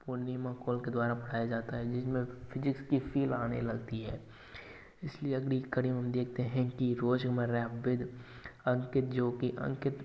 पूर्णिमा call के द्वारा पढ़ाया जाता है जिसमें फिजिक्स की फील आने लगती है इसलिए अगली कड़ी में हम देखते हैं कि रोजमर्रा अंकित जो कि अंकित